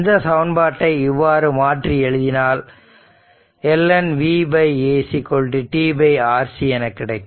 இந்த சமன்பாட்டை இவ்வாறு மாற்றி எழுதினால் ln VA tRC என கிடைக்கும்